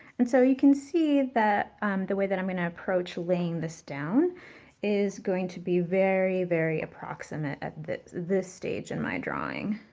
and so you can see, that the way that i'm going to approach laying this down is going to be very, very approximate at this stage in my drawing.